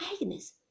Agnes